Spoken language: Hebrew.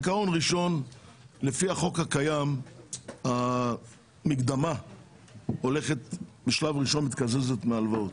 עקרון ראשון הוא שלפי החוק הקיים המקדמה בשלב ראשון מתקזזת מהלוואות.